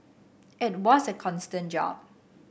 it was a constant job